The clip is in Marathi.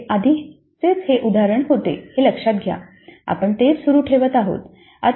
आपल्याकडे आधी हेच उदाहरण होते हे लक्षात घ्या आपण तेच सुरू ठेवत आहोत